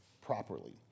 properly